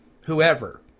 whoever